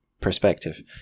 perspective